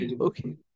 Okay